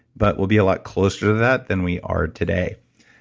but we'll be a lot closer to that than we are today.